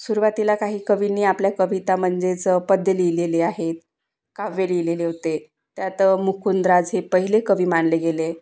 सुरुवातीला काही कवींनी आपल्या कविता म्हणजेच पद्य लिहिलेले आहेत काव्य लिहिलेले होते त्यात मुकुंदराज हे पहिले कवी मानले गेले